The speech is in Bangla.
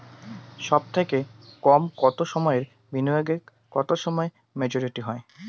সবথেকে কম কতো সময়ের বিনিয়োগে কতো সময়ে মেচুরিটি হয়?